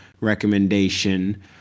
recommendation